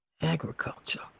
Agriculture